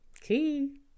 key